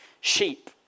sheep